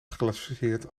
geclassificeerd